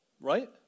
Right